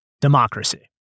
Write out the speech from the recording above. Democracy